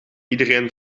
iedereen